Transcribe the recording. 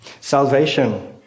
salvation